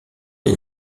est